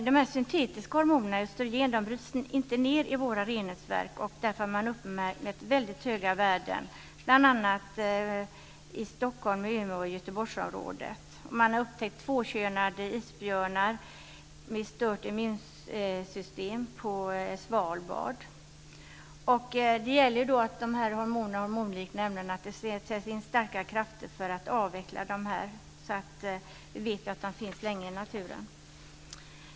De syntetiska hormonerna som liknar östrogen bryts inte ned i våra reningsverk, därför har man uppmätt väldigt höga värden bl.a. i Stockholms-, Umeå och Göteborgsområdet. Man har upptäckt tvåkönade isbjörnar med stört immunsystem på Svalbard. Det gäller att det sätts in starka krafter för att avveckla de här hormonerna och hormonliknande ämnena. Vi vet att de finns kvar länge i naturen.